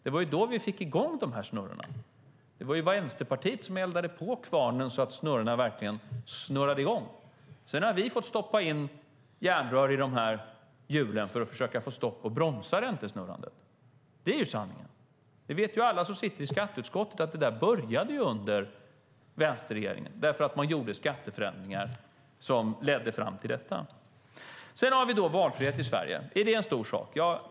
Det var då vi fick i gång snurrorna. Det var Vänsterpartiet som eldade på kvarnen så att snurrorna verkligen gick i gång. Sedan har vi fått stoppa järnrör i hjulen för att försöka bromsa räntesnurrandet. Det är sanningen. Alla som sitter i skatteutskottet vet att det där började under vänsterregeringen för att man gjorde skatteförändringar som ledde fram till det. Sedan har vi då valfrihet i Sverige. Är det en stor sak?